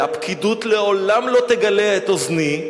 והפקידות לעולם לא תגלה את אוזני,